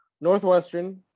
Northwestern